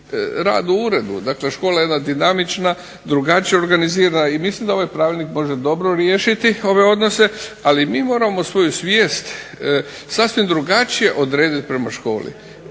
rad u uredu, dakle škola je jedna dinamična, drugačije organizirana i mislim da ovaj pravilnik može dobro riješiti ove odnose, ali mi moramo svoju svijest sasvim drugačije odredit prema školi.